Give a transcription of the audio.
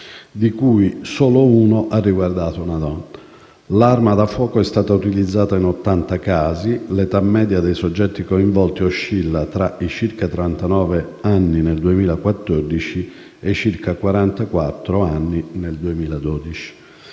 di cui solo uno ha riguardato una donna. L'arma da fuoco è stata utilizzata in 80 casi. L'età media dei soggetti coinvolti oscilla tra i circa trentanove anni nel 2014